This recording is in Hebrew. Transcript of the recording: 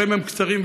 החיים קצרים,